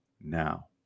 now